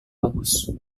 bagus